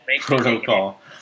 Protocol